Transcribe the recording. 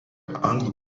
anglų